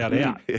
out